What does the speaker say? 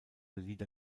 lieder